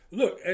look